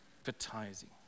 advertising